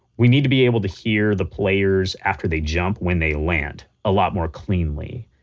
we need to be able to hear the players after they jump when they land a lot more cleanly.